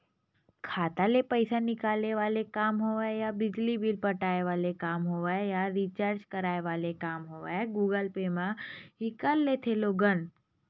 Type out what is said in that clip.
खाता ले पइसा निकाले वाले काम होय या बिजली बिल पटाय वाले काम होवय या रिचार्ज कराय वाले काम होवय गुगल पे म ही कर लेथे लोगन